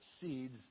seeds